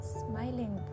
smiling